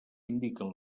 indiquen